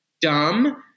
dumb